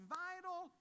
vital